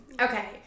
Okay